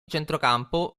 centrocampo